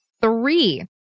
three